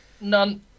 None